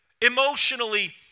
Emotionally